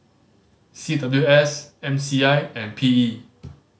C W S M C I and P E